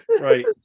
right